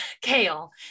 Kale